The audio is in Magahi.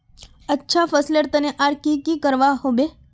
अच्छा फसलेर तने आर की की करवा होबे?